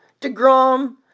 DeGrom